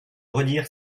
redire